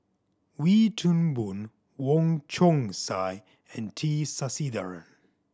Wee Toon Boon Wong Chong Sai and T Sasitharan